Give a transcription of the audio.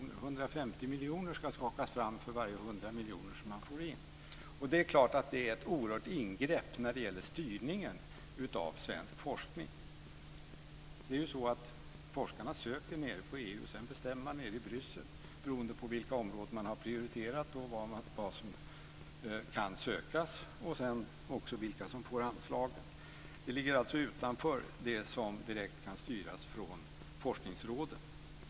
Det är då 150 miljoner som ska skakas fram för varje 100 miljoner som man får in. Det är klart att det är ett oerhört ingrepp när det gäller styrningen av svensk forskning. Forskarna söker bidrag i EU, och man bestämmer nere i Bryssel, beroende på vilka områden som har prioriterats och vad som kan sökas, vem som får anslagen. Det ligger alltså utanför det som direkt kan styras från forskningsråden.